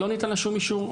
לא ניתן לה שום אישור,